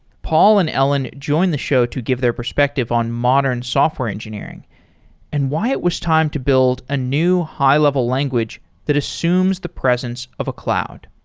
paul and ellen join the show to give their perspective on modern software engineering and why it was time to build a new high-level language that assumes the presence of a cloud.